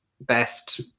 best